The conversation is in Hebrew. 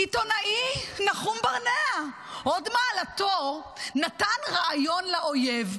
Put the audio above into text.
העיתונאי נחום ברנע, הוד מעלתו, נתן רעיון לאויב.